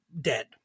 dead